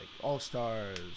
all-stars